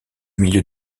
milieu